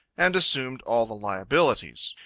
and assumed all the liabilities.